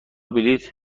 بلیط